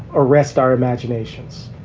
arrest our imaginations.